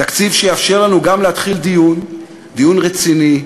תקציב שיאפשר לנו גם להתחיל דיון, דיון רציני,